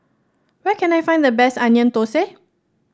where can I find the best Onion Thosai